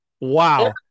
wow